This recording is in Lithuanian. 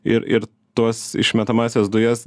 ir ir tuos išmetamąsias dujas